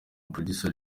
producer